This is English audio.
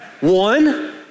One